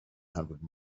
hundred